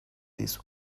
this